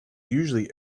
usually